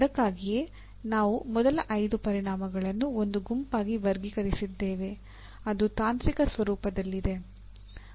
ಅದಕ್ಕಾಗಿಯೇ ನಾವು ಮೊದಲ 5 ಪರಿಣಾಮಗಳನ್ನು ಒಂದು ಗುಂಪಾಗಿ ವರ್ಗೀಕರಿಸಿದ್ದೇವೆ ಅದು ತಾಂತ್ರಿಕ ಸ್ವರೂಪದಲ್ಲಿದೆ